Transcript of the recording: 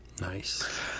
Nice